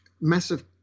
massive